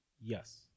Yes